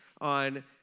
on